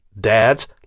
dad's